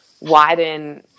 widen